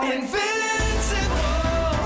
Invincible